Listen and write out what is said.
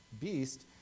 beast